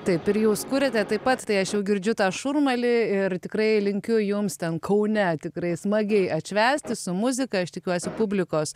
taip ir jūs kuriate taip pat tai aš jau girdžiu tą šurmulį ir tikrai linkiu jums ten kaune tikrai smagiai atšvęsti su muzika aš tikiuosi publikos